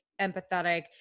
empathetic